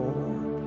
Lord